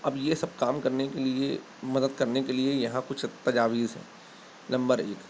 اب یہ سب کام کرنے کے لیے مدد کرنے کے لیے یہاں کچھ تجاویز ہیں نمبر ایک